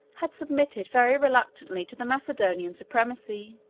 had submitted very reluctantly to the macedonian supremacy.